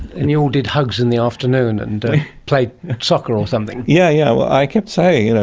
and you all did hugs in the afternoon and played soccer or something? yeah yeah well, i kept saying, you know,